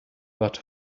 but